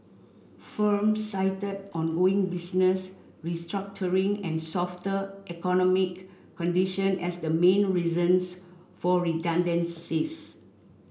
firms cited ongoing business restructuring and softer economic condition as the main reasons for redundancies